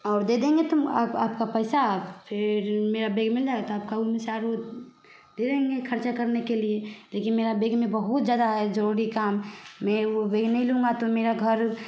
और दे देंगे तुम आप आपका पैसा आप फिर मैं बैग मिल जाता तो आपका उन में सारा दे देंगे ख़र्चा करने के लिए लेकिन मेरे बैग में बहुत ज़्यादा है ज्वेलरी का मेरे वो बैग नहीं लूँगा तो मेरा घर